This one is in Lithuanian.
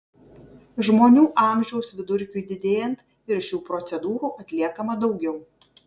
žmonių amžiaus vidurkiui didėjant ir šių procedūrų atliekama daugiau